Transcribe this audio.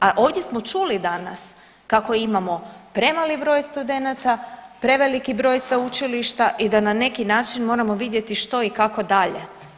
A ovdje smo čuli danas kako imamo premali broj studenata, preveliki broj sveučilišta i da na neki način moramo vidjeti što i kako dalje.